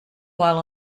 while